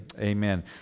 Amen